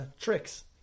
tricks